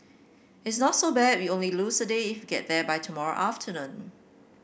it's not so bad we only lose a day get there by tomorrow afternoon